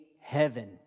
heaven